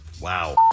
Wow